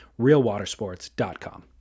RealWaterSports.com